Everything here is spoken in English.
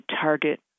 target